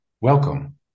welcome